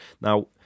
now